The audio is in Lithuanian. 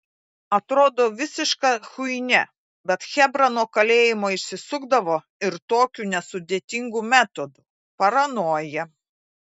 atrodo visiška chuinia bet chebra nuo kalėjimo išsisukdavo ir tokiu nesudėtingu metodu paranoja